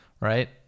right